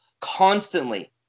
constantly